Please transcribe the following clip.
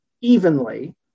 evenly